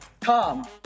Tom